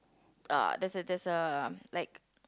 uh there's a there's a like